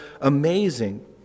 amazing